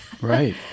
right